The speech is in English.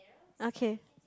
okay